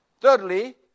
Thirdly